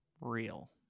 real